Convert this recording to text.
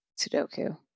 Sudoku